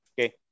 Okay